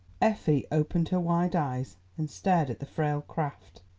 effie opened her wide eyes, and stared at the frail craft.